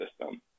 system